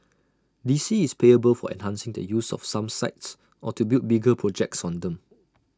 D C is payable for enhancing the use of some sites or to build bigger projects on them